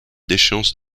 déchéance